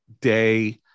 day